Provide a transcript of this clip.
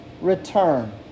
return